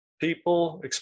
People